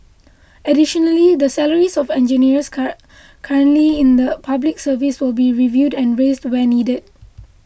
additionally the salaries of engineers cur currently in the Public Service will be reviewed and raised where needed